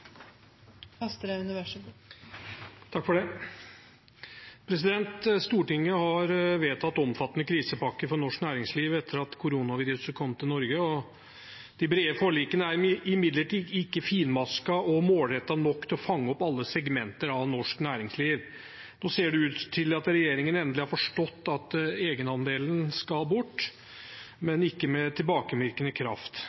Stortinget har vedtatt en omfattende krisepakke for norsk næringsliv etter at koronaviruset kom til Norge. De brede forlikene er imidlertid ikke finmaskede eller målrettet nok til å fange opp alle segmenter av norsk næringsliv. Nå ser det ut til at regjeringen endelig har forstått at egenandelen skal bort,